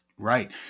Right